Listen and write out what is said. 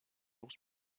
ours